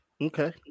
Okay